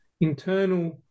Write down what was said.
internal